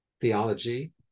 theology